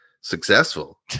successful